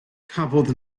cafodd